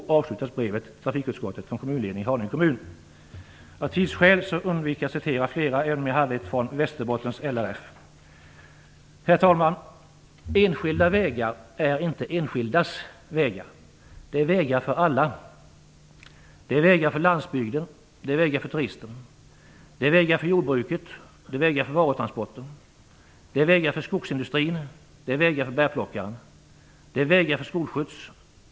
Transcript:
Så avslutas brevet till trafikutskottet från kommunledningen i Haninge kommun. Av tidsskäl undviker jag att citera fler brev, även om jag här har ytterligare ett citat från Västerbottens Herr talman! Enskilda vägar är inte enskildas vägar. Det är vägar för alla. Det är vägar för landsbygden. Det är vägar för turisten. Det är vägar för jordbruket. Det är vägar för varutransporter. Det är vägar för skogsindustrin. Det är vägar för bärplockaren. Det är vägar för skolskjuts.